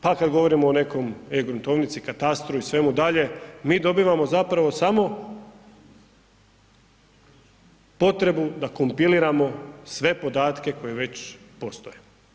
Pa kad govorimo o nekom e-gruntovnici, katastru i svemu dalje, mi dobivamo zapravo samo potrebu da kompiliramo sve podatke koje već postoje.